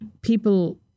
people